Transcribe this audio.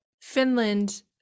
finland